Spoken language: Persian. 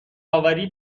آوری